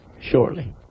shortly